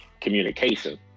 communication